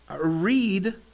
Read